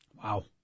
Wow